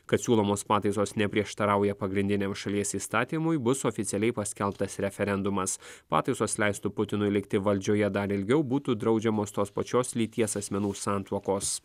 kad siūlomos pataisos neprieštarauja pagrindiniam šalies įstatymui bus oficialiai paskelbtas referendumas pataisos leistų putinui likti valdžioje dar ilgiau būtų draudžiamos tos pačios lyties asmenų santuokos